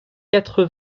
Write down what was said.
quatre